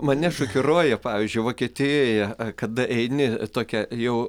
mane šokiruoja pavyzdžiui vokietijoje kada eini tokia jau